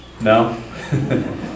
No